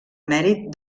mèrit